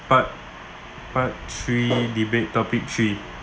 part part three debate topic three